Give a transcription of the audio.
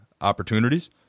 opportunities